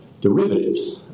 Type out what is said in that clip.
derivatives